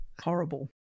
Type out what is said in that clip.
Horrible